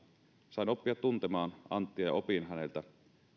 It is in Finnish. sain oppia tuntemaan anttia ja opin häneltä